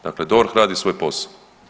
Dakle DORH radi svoj posao.